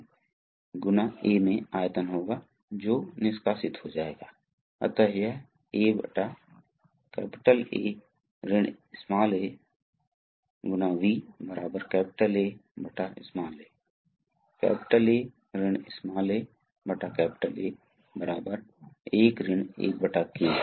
तो शुरू में आम तौर पर क्या हो रहा है कि यह स्प्रिंग दबा रहा है इसलिए यह यह पोर्ट है ये वास्तव में ठोस भाग है आप जानते हैं कि यह खोखला हिस्सा है जहां द्रव मौजूद है ये ठोस भाग है धातु भाग है